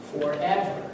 forever